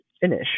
finish